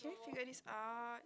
can we figure this out